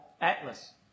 Atlas